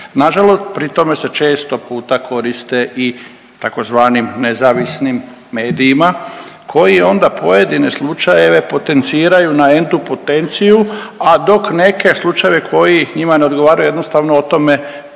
Na žalost, pri tome se često puta koriste i tzv. nezavisnim medijima koji onda pojedine slučajeve potenciraju na entu potenciju, a dok neke slučajeve koji njima ne odgovaraju jednostavno o tome